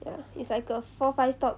ya it's like a four five stop